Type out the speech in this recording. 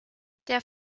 der